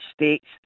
states